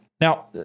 Now